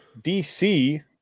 DC